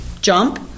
jump